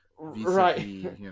right